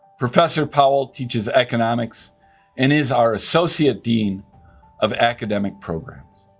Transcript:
professor powell teaches economics and is our associate dean of academic programs.